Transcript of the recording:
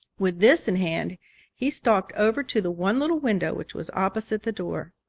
with this in hand he stalked over to the one little window which was opposite the door.